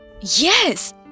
Yes